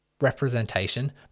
Representation